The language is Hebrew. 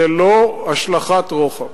זאת לא השלכת רוחב.